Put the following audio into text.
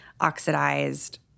oxidized